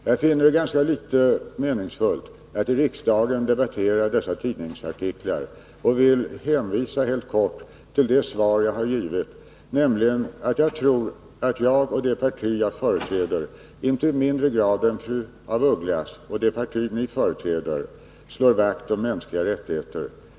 Jag finner det föga meningsfullt att i riksdagen debattera dessa tidningsartiklar och vill hänvisa helt kort till det svar som jag har givit, nämligen att jag och det parti som jag företräder i inte mindre grad än fru af Ugglas och det parti som hon företräder slår vakt om mänskliga rättigheter.